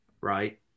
right